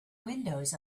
windows